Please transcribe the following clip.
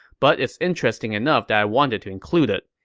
but it's interesting enough that i wanted to include it.